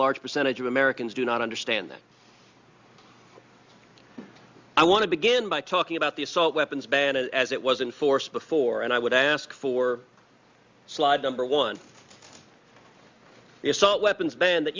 large percentage of americans do not understand that i want to begin by talking about the assault weapons ban as it was in force before and i would ask for slide number one the assault weapons ban that